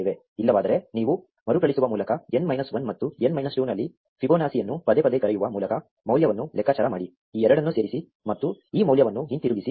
ಇಲ್ಲವಾದರೆ ನೀವು ಮರುಕಳಿಸುವ ಮೂಲಕ n ಮೈನಸ್ 1 ಮತ್ತು n ಮೈನಸ್ 2 ನಲ್ಲಿ ಫಿಬೊನಾಸಿಯನ್ನು ಪದೇ ಪದೇ ಕರೆಯುವ ಮೂಲಕ ಮೌಲ್ಯವನ್ನು ಲೆಕ್ಕಾಚಾರ ಮಾಡಿ ಈ ಎರಡನ್ನೂ ಸೇರಿಸಿ ಮತ್ತು ಈ ಮೌಲ್ಯವನ್ನು ಹಿಂತಿರುಗಿಸಿ